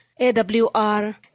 AWR